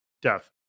Death